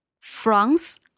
France